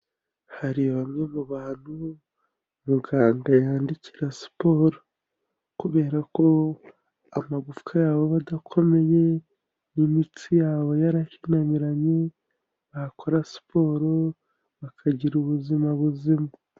Hari bamwe mu bantu, muganga yandikira siporo kubera ko amagufwa yabo aba adakomeye n'imitsi yabo yarahinamiranye, bakora siporo bakagira ubuzima buzima.